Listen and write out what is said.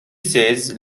says